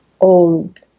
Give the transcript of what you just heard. old